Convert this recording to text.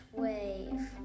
wave